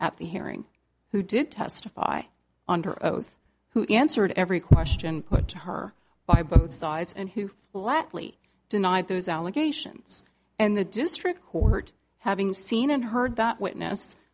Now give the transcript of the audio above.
at the hearing who did testify under oath who answered every question put to her by both sides and who flatly denied those allegations and the district court having seen and heard that witness